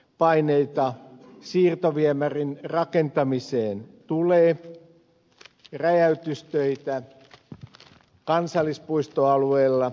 paineita siirtoviemärin rakentamiseen tulee räjäytystöitä kansallispuistoalueella